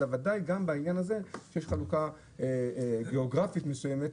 אלא ודאי כשיש חלוקה גיאוגרפית מסוימת